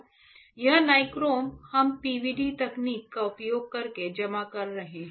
यह नाइक्रोम हम PVD तकनीक का उपयोग करके जमा कर रहे हैं